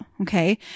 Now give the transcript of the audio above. okay